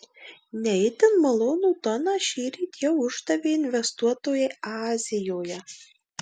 ne itin malonų toną šįryt jau uždavė investuotojai azijoje